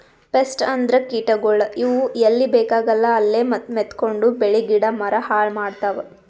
pest ಅಂದ್ರ ಕೀಟಗೋಳ್, ಇವ್ ಎಲ್ಲಿ ಬೇಕಾಗಲ್ಲ ಅಲ್ಲೇ ಮೆತ್ಕೊಂಡು ಬೆಳಿ ಗಿಡ ಮರ ಹಾಳ್ ಮಾಡ್ತಾವ್